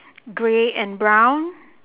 grey and brown